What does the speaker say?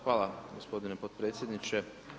Hvala gospodine potpredsjedniče.